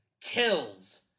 Kills